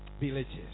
villages